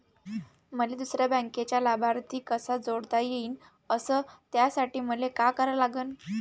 मले दुसऱ्या बँकेचा लाभार्थी कसा जोडता येईन, अस त्यासाठी मले का करा लागन?